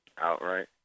outright